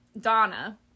Donna